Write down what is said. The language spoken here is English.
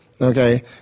okay